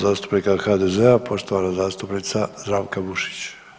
zastupnika HDZ-a, poštovana zastupnica Zdravka Bušić.